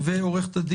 ועו"ד